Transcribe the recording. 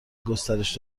گسترش